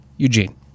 Eugene